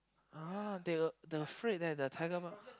ah they the afraid that the tiger mum